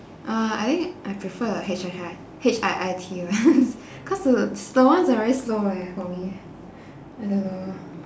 uh I think I prefer the H H I H_I_I_T [one] cause the slow ones are very slow eh for me I don't know